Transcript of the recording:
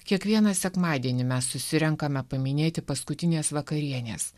kiekvieną sekmadienį mes susirenkame paminėti paskutinės vakarienės